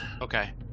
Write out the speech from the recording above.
Okay